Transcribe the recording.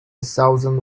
thousand